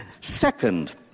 Second